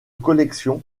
collection